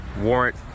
warrant